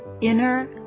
Inner